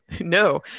no